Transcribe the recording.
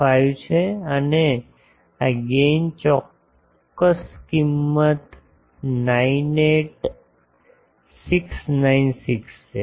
75 છે અને આ ગેઇન ચોક્કસ કિંમત 98696 છે